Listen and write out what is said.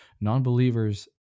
non-believers